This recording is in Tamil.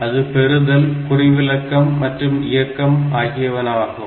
அது பெறுதல் குறிவிலக்கம் மற்றும் இயக்கம் ஆகியனவாகும்